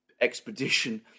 expedition